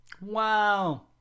Wow